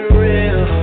real